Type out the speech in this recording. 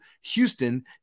Houston